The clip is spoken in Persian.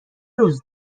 روز